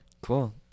Cool